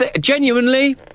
Genuinely